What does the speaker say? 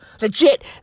Legit